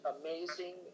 amazing